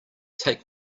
take